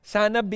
Sana